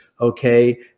Okay